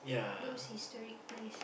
those historic place